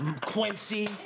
Quincy